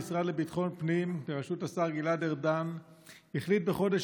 המשרד לביטחון הפנים בראשות השר גלעד ארדן החליט בחודש